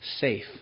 safe